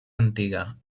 antiga